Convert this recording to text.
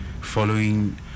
following